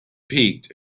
peaked